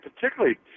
particularly